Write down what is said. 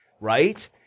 right